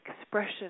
expression